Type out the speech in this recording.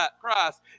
Christ